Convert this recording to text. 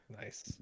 Nice